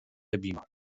بیمار